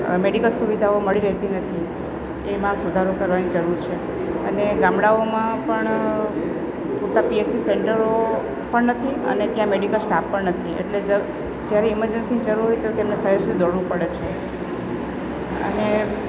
medical સુવિધાઓ મળી રહેતી નથી એમાં સુધારો કરવાની જરૂર છે અને ગામડાંઓમાં પણ પૂરતા પીએચસી સેન્ટરો પણ નથી અને ત્યાં મેડિકલ સ્ટાફ પણ નથી એટલે જ જ્યારે ઈમરજન્સીની જરૂર હોય તો તેમને શહેર સુધી દોડવું પડે છે અને